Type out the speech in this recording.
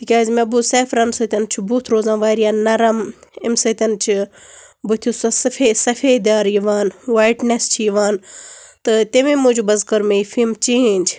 تِکیٛازِ مےٚ بوٗز سٮ۪فران سۭتۍ چھُ بُتھ روزان واریاہ نرم أمۍ سۭتۍ چھِ بُتھِس سۄ سفے سفید دار یِوان وایِٹنیٚس چھِ یِوان تہٕ تٔمی موجوٗب حظ کٔر مےٚ یہِ فِم چینج